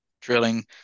drilling